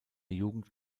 jugend